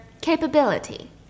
capability